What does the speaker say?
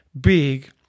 big